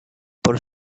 por